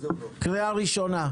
רוטמן,